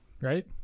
right